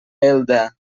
elda